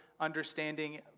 understanding